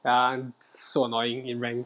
that [one] so annoying in rank